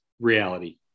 reality